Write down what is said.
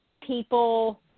people